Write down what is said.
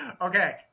Okay